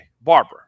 Barber